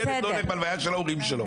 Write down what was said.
ילד לא הולך בהלוויה של ההורים שלו.